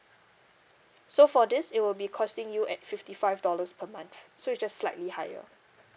so for this it will be costing you at fifty five dollars per month so it's just slightly higher